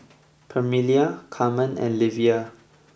Permelia Carmen and Livia